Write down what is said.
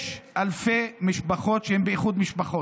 יש אלפי משפחות שהן באיחוד משפחות,